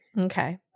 Okay